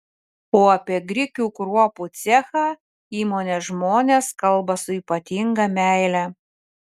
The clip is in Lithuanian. o apie grikių kruopų cechą įmonės žmonės kalba su ypatinga meile